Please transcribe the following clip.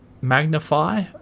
magnify